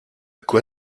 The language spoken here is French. quoi